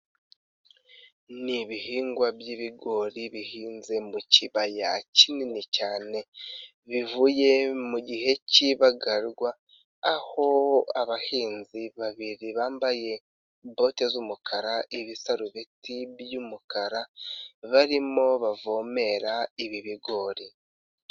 Ni ibihingwa by'ibigori bihinze mu kibaya kinini cyane, bivuye mu gihe k'ibagarwa aho abahinzi babiri bambaye bote z'umukara, ibisarubeti by'umukara barimo bavomerera ibi bigori.